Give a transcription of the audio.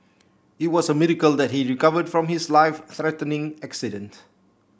it was a miracle that he recovered from his life threatening accident